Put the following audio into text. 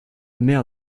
mère